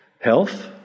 Health